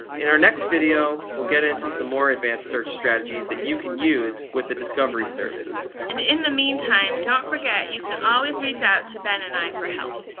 in our next video we'll get into some more advanced search strategies that you can use with the discovery service. and in the meantime don't forget you can always reach out to ben and i for help.